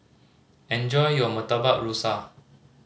enjoy your Murtabak Rusa